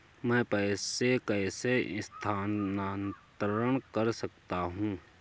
मैं पैसे कैसे स्थानांतरण कर सकता हूँ?